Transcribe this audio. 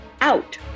out